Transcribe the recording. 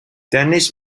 dennis